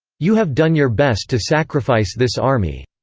you have done your best to sacrifice this army.